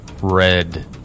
red